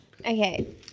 Okay